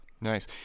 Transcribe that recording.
Nice